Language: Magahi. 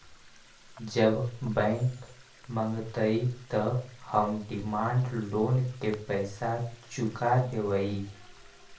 जब बैंक मगतई त हम डिमांड लोन के पैसा चुका देवई